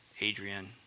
Adrian